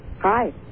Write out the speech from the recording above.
Hi